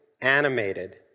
animated